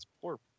Poor